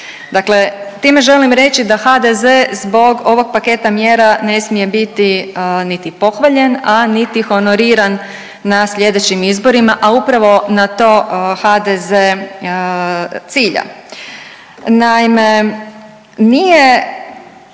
Dakle, time želim reći da HDZ zbog ovog paketa mjera ne smije biti niti pohvaljen, a niti honoriran na slijedećim izborima, a upravo na to HDZ cilja.